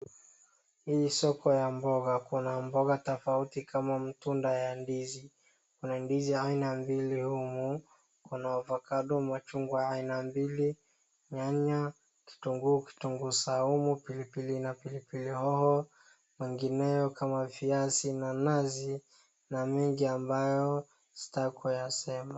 Hii ni soko ya mboga, kuna mboga tofauti kama matunda ya ndizi, kuna ndizi aina mbili humu, kuna avokado, machungwa aina mbili, nyanya, kitunguu, kitunguu saumu, pilipili na pilipii hoho, mengineo kama viazi na nanasi na mengi ambayo sitaki kuyasema.